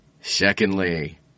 Secondly